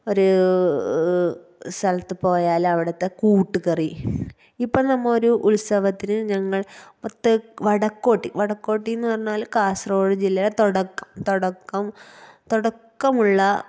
ഒര് സ്ഥലത്ത് പോയാൽ അവിടുത്തെ കൂട്ടുകറി ഇപ്പോൾ നമ്മൾ ഒരു ഉത്സവത്തിന് ഞങ്ങള് പ്പൊതെക് വടക്കോട്ട് വടക്കോട്ട് എന്ന് പറഞ്ഞാല് കാസര്കോഡ് ജില്ലയുടെ തുടക്കം തുടക്ക തുടക്കമുള്ള